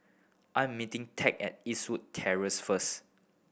I am meeting Ted at Eastwood Terrace first